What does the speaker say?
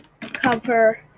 cover